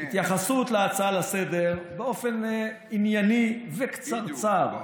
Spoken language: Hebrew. התייחסות להצעה לסדר-היום באופן ענייני וקצרצר.